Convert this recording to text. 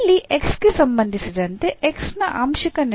ಇಲ್ಲಿ x ಗೆ ಸಂಬಂಧಿಸಿದಂತೆ xy ನ ಆಂಶಿಕ ನಿಷ್ಪನ್ನವು ಆಗಿರುತ್ತದೆ